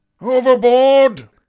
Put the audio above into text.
Overboard